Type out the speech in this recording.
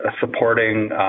supporting